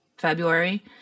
february